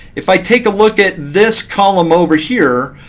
if i take a look at this column over here,